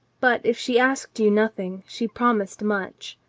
but, if she asked you nothing, she promised much.